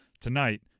Tonight